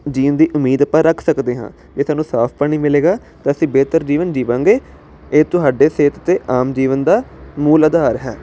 ਜੀਣ ਦੀ ਉਮੀਦ ਆਪਾਂ ਰੱਖ ਸਕਦੇ ਹਾਂ ਜੇ ਤੁਹਾਨੂੰ ਸਾਫ਼ ਪਾਣੀ ਮਿਲੇਗਾ ਤਾਂ ਅਸੀਂ ਬਿਹਤਰ ਜੀਵਨ ਜੀਵਾਂਗੇ ਇਹ ਤੁਹਾਡੇ ਸਿਹਤ ਅਤੇ ਆਮ ਜੀਵਨ ਦਾ ਮੂਲ ਆਧਾਰ ਹੈ